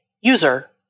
user